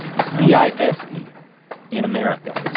it's v i s e in america.